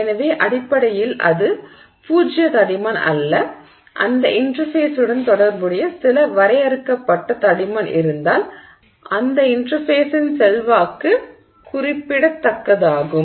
எனவே அடிப்படையில் அது பூஜ்ஜிய தடிமன் அல்ல அந்த இன்டெர்ஃபேஸுடன் தொடர்புடைய சில வரையறுக்கப்பட்ட தடிமன் இருந்தால் அந்த இன்டெர்ஃபேஸின் செல்வாக்கு குறிப்பிடத்தக்கதாகும்